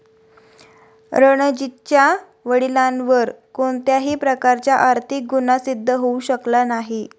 रणजीतच्या वडिलांवर कोणत्याही प्रकारचा आर्थिक गुन्हा सिद्ध होऊ शकला नाही